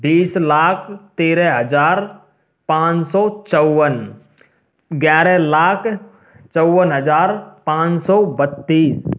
बीस लाख तेरह हज़ार पाँच सौ चव्वन ग्यारह लाख चौवन हज़ार पाँच सौ बत्तीस